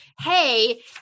hey